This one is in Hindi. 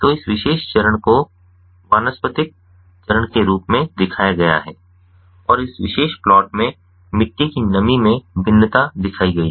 तो इस विशेष चरण को वानस्पतिक चरण के रूप में दिखाया गया है और इस विशेष प्लॉट में मिट्टी की नमी में भिन्नता दिखाई गई है